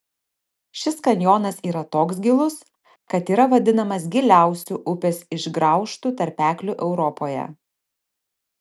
šis kanjonas yra toks gilus kad yra vadinamas giliausiu upės išgraužtu tarpekliu europoje